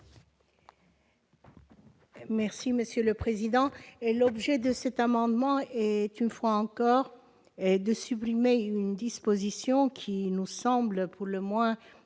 présenter l'amendement n° 30. L'objet de cet amendement est, une fois encore, de supprimer une disposition qui nous semble pour le moins